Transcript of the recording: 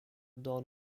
done